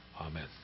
Amen